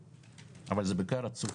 אבל זה בעיקר עצוב.